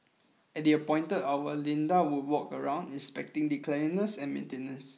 at the appointed hour Linda would walk around inspecting the cleanliness and maintenance